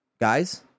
guys